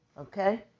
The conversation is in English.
okay